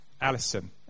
Alison